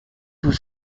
tout